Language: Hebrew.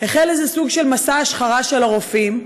החל איזה סוג של מסע השחרה של הרופאים,